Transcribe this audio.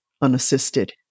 unassisted